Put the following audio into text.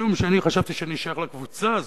משום שאני חשבתי שאני שייך לקבוצה הזאת,